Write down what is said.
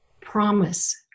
promise